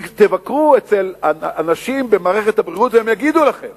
תבקרו אצל אנשים במערכת הבריאות והם יגידו לכם